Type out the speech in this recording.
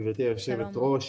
גברתי היושבת-ראש,